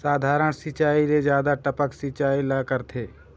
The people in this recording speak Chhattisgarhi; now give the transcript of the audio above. साधारण सिचायी ले जादा टपक सिचायी ला करथे